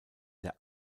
der